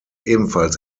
ebenfalls